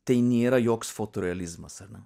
tai nėra joks fotorealizmas ar ne